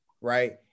right